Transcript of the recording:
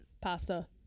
pasta